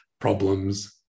problems